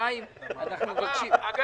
איתי